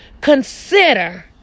consider